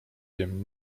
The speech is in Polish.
wiem